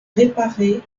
réparé